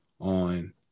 on